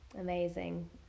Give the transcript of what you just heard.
amazing